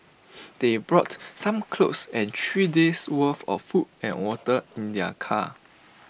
they brought some clothes and three days' worth of food and water in their car